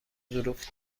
ظروف